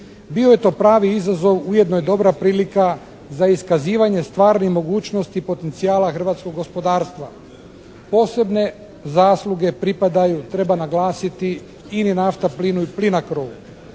Bio je to pravi izazov, ujedno i dobra prilika za iskazivanje stvarnih mogućnosti i potencijala hrvatskog gospodarstva. Posebne zasluge pripadaju, treba naglasiti INA-i Naftaplinu i Plinacro-u.